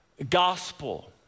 Gospel